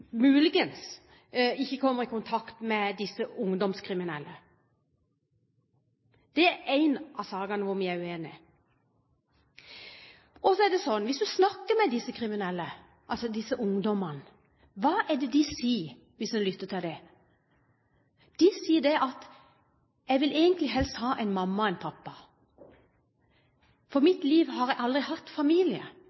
muligens ikke kommer i kontakt med disse ungdomskriminelle. Dette er en av sakene der vi er uenige. Hva er det disse ungdomskriminelle sier når du snakker med dem, og hvis du lytter til dem? De sier at de egentlig helst vil ha en mamma og en pappa, for